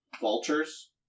vultures